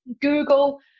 google